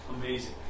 Amazing